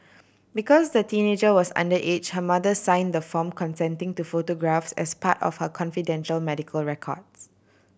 because the teenager was underage her mother signed the form consenting to photographs as part of her confidential medical records